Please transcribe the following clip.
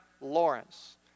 Lawrence